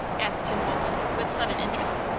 asked tim bolton, with sudden interest.